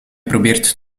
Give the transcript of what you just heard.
probeert